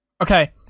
Okay